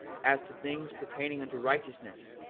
as to things pertaining unto righteousness,